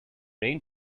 rain